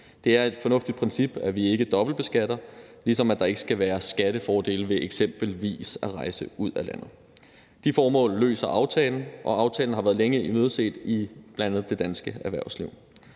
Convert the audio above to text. Det er et fornuftigt princip, at vi ikke dobbeltbeskatter, ligesom der ikke skal være skattefordele ved eksempelvis at rejse ud af landet. De formål indfrier aftalen, og aftalen har længe været imødeset i bl.a. det danske erhvervsliv.